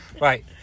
Right